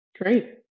Great